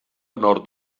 nord